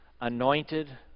anointed